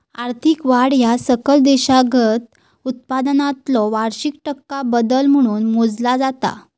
आर्थिक वाढ ह्या सकल देशांतर्गत उत्पादनातलो वार्षिक टक्का बदल म्हणून मोजला जाता